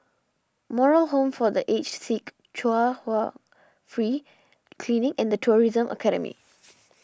Moral Home for the Aged Sick Chung Hwa Free Clinic and the Tourism Academy